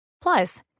Plus